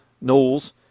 Knowles